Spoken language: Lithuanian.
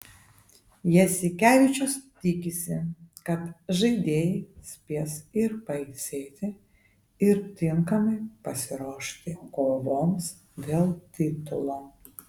jasikevičius tikisi kad žaidėjai spės ir pailsėti ir tinkamai pasiruošti kovoms dėl titulo